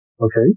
Okay